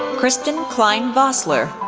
kristen cline vossler,